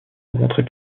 rencontrer